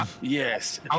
Yes